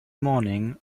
morning